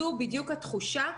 זאת בדיוק התחושה.